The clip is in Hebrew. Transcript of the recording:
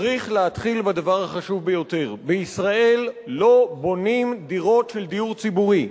צריך להתחיל בדבר החשוב ביותר: בישראל לא בונים דירות של דיור ציבורי.